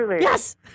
Yes